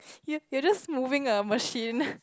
you you are just moving a machine